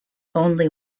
only